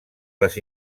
les